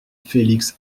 félix